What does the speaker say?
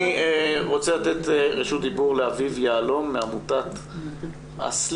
אני רוצה לתת את רשות הדיבור לאביב יהלום מעמותת "אסל"י",